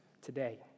today